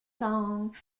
thong